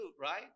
right